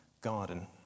garden